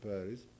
Paris